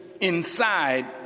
inside